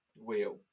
Wheel